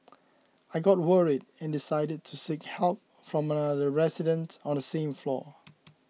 I got worried and decided to seek help from another resident on the same floor